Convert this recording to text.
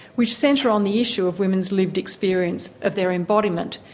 which centre on the issue of women's lived experience of their embodiment,